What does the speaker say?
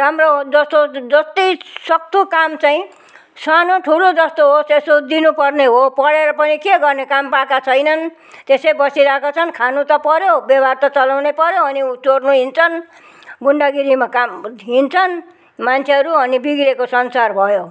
राम्रो जस्तो जो जस्तै सक्दो काम चाहिँ सानो ठुलो जस्तो हो त्यस्तो दिनुपर्ने हो पढेर पनि के गर्ने काम पाएका छैनन् त्यसै बसिरहेका छन् खानु त पऱ्यो व्यवहार त चलाउनै पऱ्यो अनि ऊ चोर्नु हिँड्छन् गुन्डागिरीमा काम हिँड्छन् मान्छेहरू अनि बिग्रेको सन्सार भयो